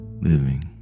living